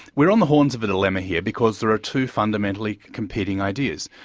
we're on the horns of a dilemma here, because there are two fundamentally competing ideas.